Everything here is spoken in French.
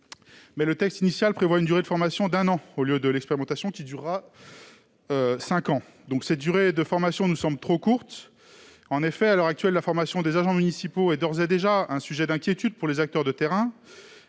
Le texte initial fixe une durée de formation d'un an, alors que l'expérimentation durera cinq ans. Cette durée nous semble trop courte. À l'heure actuelle, la formation des agents municipaux est d'ores et déjà un sujet d'inquiétude pour les acteurs de terrain.